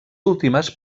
últimes